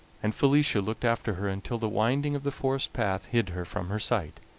and felicia looked after her until the winding of the forest path hid her from her sight,